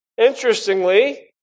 Interestingly